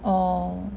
orh